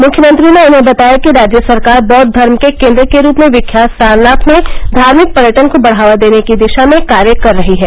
मुख्यमंत्री ने उन्हें बताया कि राज्य सरकार बौद्व धर्म के केन्द्र के रूप में विख्यात सारनाथ में धार्मिक पर्यटन को बढ़ावा देने की दिशा में कार्य कर रही है